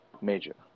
major